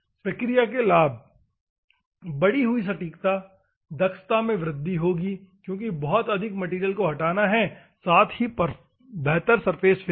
इस प्रक्रिया के लाभ बढ़ी हुई सटीकता और दक्षता में वृद्धि होगी क्योंकि बहुत अधिक मैटेरियल को हटाना है साथ ही बेहतर सरफेस फिनिश